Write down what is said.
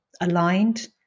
aligned